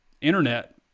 internet